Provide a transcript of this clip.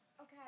Okay